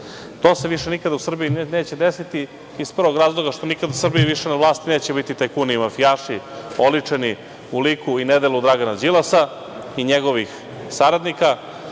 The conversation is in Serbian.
se više nikada u Srbiji neće desiti iz prvog razloga, zato što više nikada u Srbiji na vlasti neće biti tajkuni i mafijaši oličeni u liku i nedelu Dragana Đilasa i njegovih saradnika,